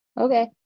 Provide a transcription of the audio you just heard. okay